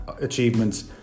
achievements